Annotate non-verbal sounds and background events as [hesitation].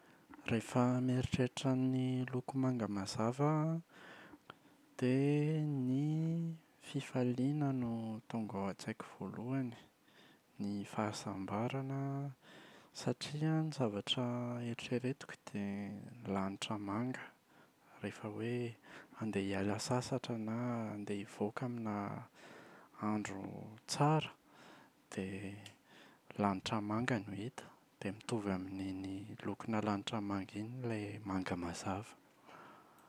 Rehefa mieritreritra ny loko manga mazava aho an [hesitation] dia [hesitation] ny [hesitation] fifaliana no tonga ao an-tsaiko voalohany. Ny fahasambarana satria ny zavatra eritreretiko dia lanitra manga, rehefa hoe handeha hiala sasatra na hoe handeha hivoaka aminà [hesitation] andro [hesitation] tsara dia [hesitation] lanitra manga no hita. Dia mitovy amin’iny lokonà lanitra manga iny ilay manga mazava.